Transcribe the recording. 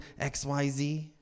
XYZ